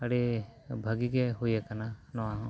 ᱟᱹᱰᱤ ᱵᱷᱟᱹᱜᱤᱜᱮ ᱦᱩᱭᱟᱠᱟᱱᱟ ᱱᱚᱣᱟ ᱦᱚᱸ